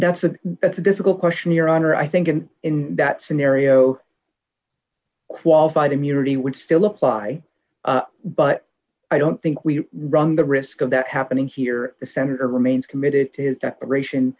that's a that's a difficult question your honor i think and in that scenario qualified immunity would still apply but i don't think we run the risk of that happening here the senate remains committed to his declaration